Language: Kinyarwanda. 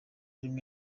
rimwe